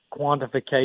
quantification